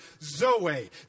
zoe